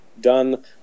done